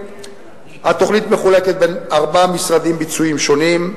התוכנית מחולקת בין ארבעה משרדים ביצועיים שונים: